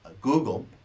Google